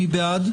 מי בעד?